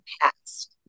past